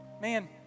man